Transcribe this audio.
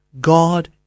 God